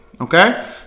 Okay